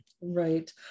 Right